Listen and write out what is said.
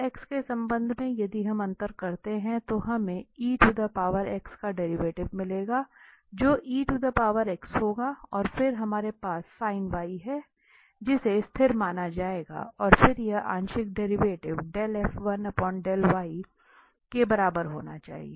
तो x के संबंध में यदि हम अंतर करते हैं तो हमें का डेरीवेटिव मिलेगा जो होगा और फिर हमारे पास sin y है जिसे स्थिर माना जाएगा और फिर यह आंशिक डेरिवेटिव के बराबर होना चाहिए